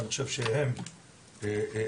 ואני חושב שהם הליבה,